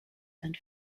and